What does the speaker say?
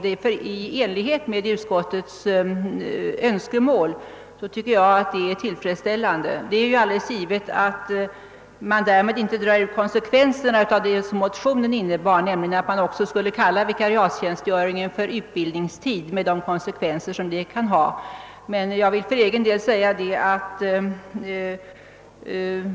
Detta anser jag är tillfredsställande. Det är ju givet att man därmed inte drar ut konsekvenserna av motionen, nämligen att man också skulle kalla vikariatstjänstgöringen för utbildningstid med de konsekvenser som det kan ha.